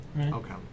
Okay